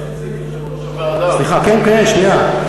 כן כן, שנייה.